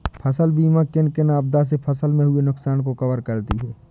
फसल बीमा किन किन आपदा से फसल में हुए नुकसान को कवर करती है